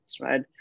right